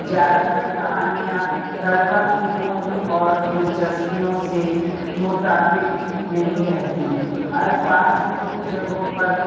زیادہ تر کہانیاں طلبا کی عمر اور دلچسپیوں سے مطابق نہیں رہتیں الفاظ بھی کچھ جگہوں پر